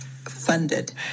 Funded